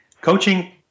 Coaching